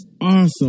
Awesome